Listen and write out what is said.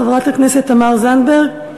חברת הכנסת תמר זנדברג,